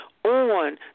on